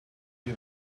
you